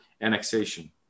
annexation